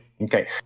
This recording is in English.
Okay